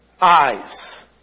eyes